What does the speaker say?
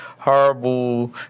horrible